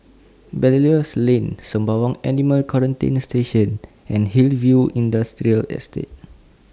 Belilios Lane Sembawang Animal Quarantine Station and Hillview Industrial Estate